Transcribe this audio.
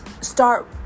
start